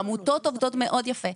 וגם העמותות עובדות מאוד יפה.